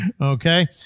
okay